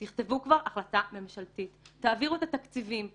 תכתבו כבר החלטה ממשלתית, תעבירו את התקציבים.